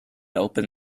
open